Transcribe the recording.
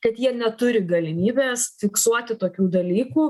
kad jie neturi galimybės fiksuoti tokių dalykų